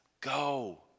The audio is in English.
go